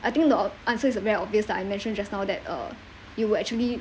I think the answer is very obvious that I mentioned just now that uh you would actually